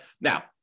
Now